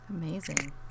Amazing